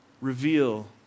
reveal